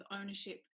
ownership